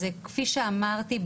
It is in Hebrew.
כפי שאמרתי,